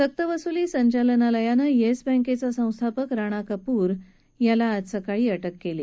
सक्तवसुली संचालनालयानं येस बँकेचा संस्थापक राणा कपूर आज सकाळी अक्र केली